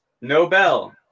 Nobel